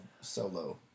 Solo